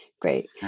Great